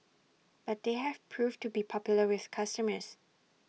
but they have proved to be popular with customers